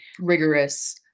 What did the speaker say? rigorous